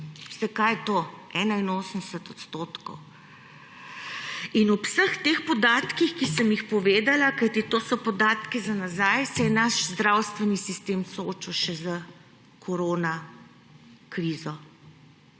Veste, kaj je to 81 %. In ob vseh teh podatkih, ki sem jih povedala, kajti to so podatki za nazaj, se je naš zdravstveni sistem soočil še s koronakrizo.